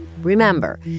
Remember